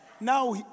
now